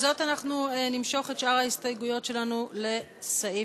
ובזאת אנחנו נמשוך את שאר ההסתייגויות שלנו לסעיף